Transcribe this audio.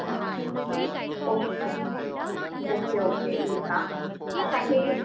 अच्छा okay okay okay ठीकु आहे असांखे